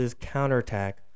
counterattack